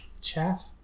chaff